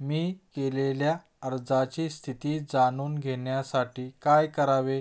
मी केलेल्या अर्जाची स्थिती जाणून घेण्यासाठी काय करावे?